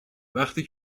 وقتی